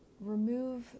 remove